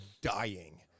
dying